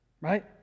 Right